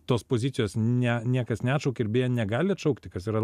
tos pozicijos ne niekas neatšaukė ir negali atšaukti kas yra